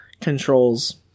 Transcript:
controls